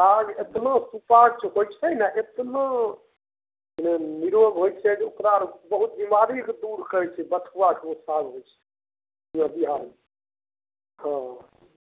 साग एतना सुपाच्य होइ छै ने एतना की जे निरोग होइ छै आ ओहिके बाद बहुत बीमारी सऽ दूर करै छै बथुआ एगो साग होइ छै बिहारमे हॅं